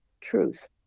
truth